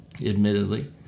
Admittedly